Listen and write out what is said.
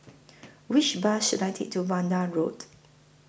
Which Bus should I Take to Vanda Road